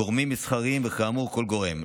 גורמים מסחריים, כאמור, כל גורם.